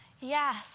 Yes